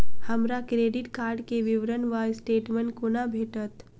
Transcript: हमरा credit card केँ विवरण वा स्टेटमेंट कोना भेटत?